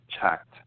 checked